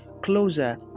closer